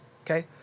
Okay